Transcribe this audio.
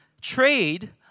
trade